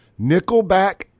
nickelback